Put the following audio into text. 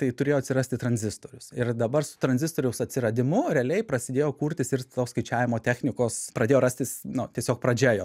tai turėjo atsirasti tranzistorius ir dabar su tranzistoriaus atsiradimu realiai prasidėjo kurtis ir toks skaičiavimo technikos pradėjo rastis na tiesiog pradžia jo